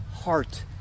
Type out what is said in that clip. heart